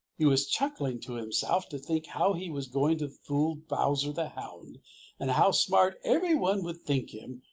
he was chuckling to himself to think how he was going to fool bowser the hound and how smart everyone would think him,